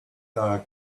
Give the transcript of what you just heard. the